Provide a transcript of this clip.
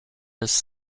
his